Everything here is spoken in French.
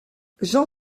j’en